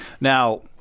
Now